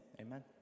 amen